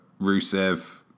Rusev